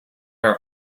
are